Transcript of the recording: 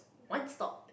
one stop